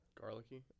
Garlicky